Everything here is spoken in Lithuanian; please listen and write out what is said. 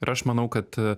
ir aš manau kad